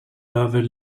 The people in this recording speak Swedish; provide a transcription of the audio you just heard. över